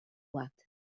bat